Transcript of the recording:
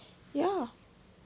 ya